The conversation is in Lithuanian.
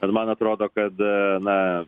bet man atrodo kad na